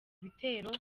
bitero